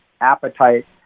appetite